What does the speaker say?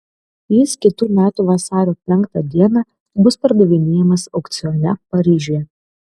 jis kitų metų vasario penktą dieną bus pardavinėjamas aukcione paryžiuje